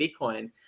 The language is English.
Bitcoin